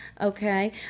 okay